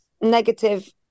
negative